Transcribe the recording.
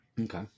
okay